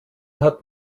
hat